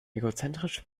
egozentrische